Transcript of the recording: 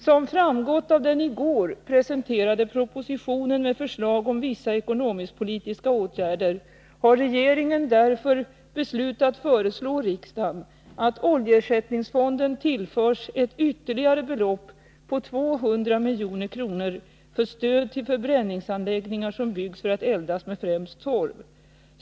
Som framgått av den i går presenterade propositionen med förslag om vissa ekonomisk-politiska åtgärder har regeringen därför beslutat föreslå riksdagen att oljeersättningsfonden tillförs ett ytterligare belopp på 200 milj.kr. för stöd till förbränningsanläggningar som byggs för att eldas med främst torv.